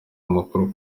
amakuru